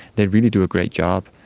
they really do a great job.